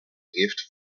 gift